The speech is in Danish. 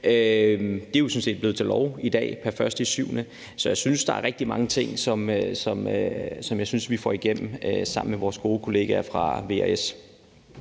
er jo sådan set blevet til lov pr. 1. juli. Så jeg synes, at der er rigtig mange ting, som vi får igennem sammen med vores gode kollegaer fra V